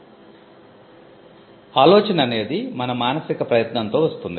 నూతన ఆలోచన అనేది మన మానసిక ప్రయత్నంతో వస్తుంది